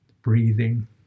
breathing